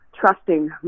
trusting